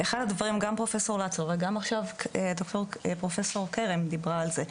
אחד הדברים גם פרופ' לצו וגם עכשיו פרופ' כרם דיברה על זה,